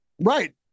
Right